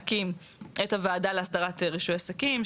החליטו להקים את הוועדה לאסדרת רישוי עסקים,